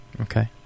Okay